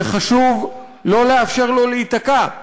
וחשוב לא לאפשר לו להיתקע,